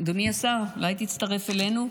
אדוני השר, אולי תצטרף אלינו?